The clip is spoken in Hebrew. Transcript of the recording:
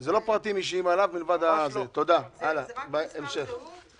זה לא פרטים אישיים עליו מלבד --- זה רק מספר זהות --- ממש לא,